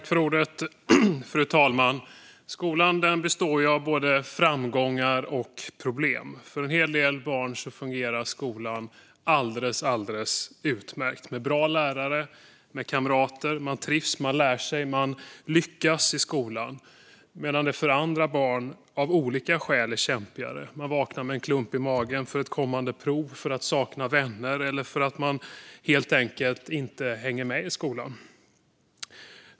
Fru talman! Skolan består av både framgångar och problem. För en hel del barn fungerar skolan alldeles utmärkt med bra lärare och kamrater. Man trivs, man lär sig och man lyckas i skolan. För andra barn är det av olika skäl kämpigare. Man vaknar med en klump i magen inför ett kommande prov, för att man saknar vänner eller för att man helt enkelt inte hänger med i skolan.